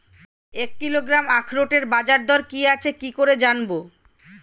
এক কিলোগ্রাম আখরোটের বাজারদর কি আছে কি করে জানবো?